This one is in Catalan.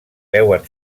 veuen